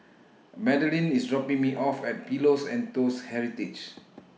Madalynn IS dropping Me off At Pillows and Toast Heritage